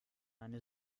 eine